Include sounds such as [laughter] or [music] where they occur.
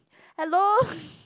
hello [laughs]